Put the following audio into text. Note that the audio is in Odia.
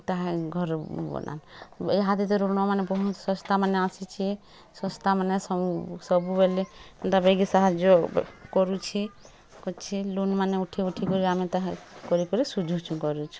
ତାହା ଘର ବନା ୟାହାଦେ ତ ଋଣ ମାନେ ବହୁତ୍ ଶସ୍ତା ଆସିଚି ଶସ୍ତା ମାନେ ସବୁ ସବୁ ବୋଲି ଦବାଇକି ସାହାଯ୍ୟ କରୁଛି କରୁଛି ଲୋନ୍ ମାନେ ଉଠି ଉଠି କରି ଆମେ ତାହାକେ କରି କରି ଶୁଝୁଛୁ କରୁଛୁଁ